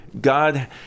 God